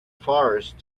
forest